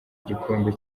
gikombe